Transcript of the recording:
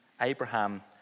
Abraham